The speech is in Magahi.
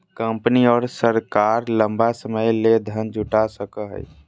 कंपनी और सरकार लंबा समय ले धन जुटा सको हइ